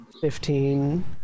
fifteen